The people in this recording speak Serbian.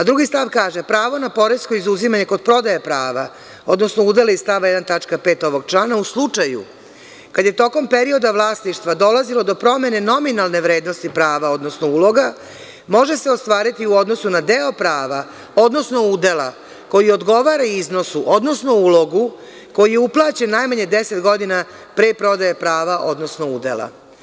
Drugi stav kaže – pravo na poresko izuzimanje kod prodaje prava, odnosno udela iz stava 1. tačka 5) ovog člana u slučaju kada je tokom perioda vlasništva dolazilo do promene nominalne vrednosti prava, odnosno uloga može se ostvariti u odnosu na deo prava, odnosno udela koji odgovara iznosu, odnosno ulogu koji je uplaćen najmanje deset godina pre prodaje prava, odnosno udela.